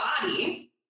body